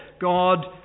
God